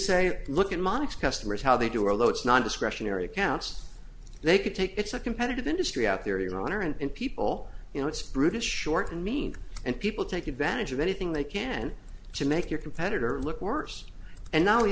say look at monica's customers how they do although it's not discretionary accounts they could take it's a competitive industry out there your honor and people you know it's brutish short and mean and people take advantage of anything they can to make your competitor look worse and now we